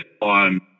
on